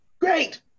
Great